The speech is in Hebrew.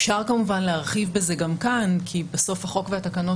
אפשר כמובן להרחיב בזה גם כאן כי בסוף החוק והתקנות,